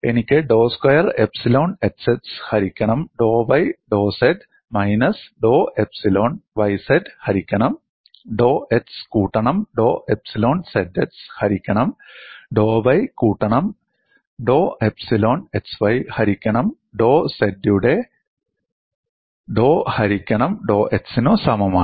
എനിക്ക് ഡോ square epsilon xx ഹരിക്കണം ഡോ y ഡോ z മൈനസ് ഡോ എപ്സിലോൺ yz ഹരിക്കണം ഡോ x കൂട്ടണം ഡോ എപ്സിലോൺ zx ഹരിക്കണം ഡോ y കൂട്ടണം ഡോ എപ്സിലോൺ xy ഹരിക്കണം ഡോ z യുടെ ഡോ ഹരിക്കണം ഡോ x നു സമമാണ്